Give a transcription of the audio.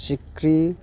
सिखिरि